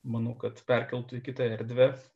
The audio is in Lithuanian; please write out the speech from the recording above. manau kad perkeltų į kitą erdves